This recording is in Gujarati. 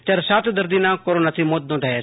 જયારે સાત દર્દીના કોરોનાથી મોત નોંધાયા છે